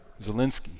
Zelensky